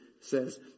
says